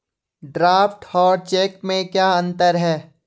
Draft और cheque में क्या अंतर है?